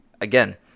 again